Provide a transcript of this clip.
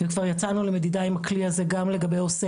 וכבר יצאנו למדידה עם הכלי הזה גם לגבי עו"סי